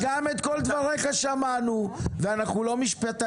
שמענו גם את כל דבריך ואנחנו לא משפטנים,